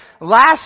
last